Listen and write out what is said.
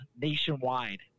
nationwide